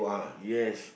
yes